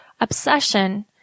obsession